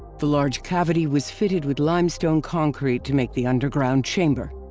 the large cavity was fitted with limestone concrete to make the underground chamber.